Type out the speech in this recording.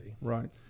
Right